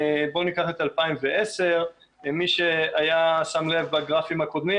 בואו ניקח את 2010. מי ששם לב בגרפים הקודמים,